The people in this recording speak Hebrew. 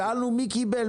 שאלנו מי קיבל,